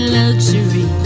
luxury